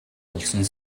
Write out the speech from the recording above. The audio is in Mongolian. улсын